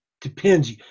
depends